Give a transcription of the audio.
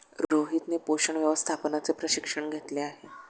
रोहितने पोषण व्यवस्थापनाचे प्रशिक्षण घेतले आहे